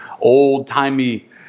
old-timey